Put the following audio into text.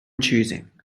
choosing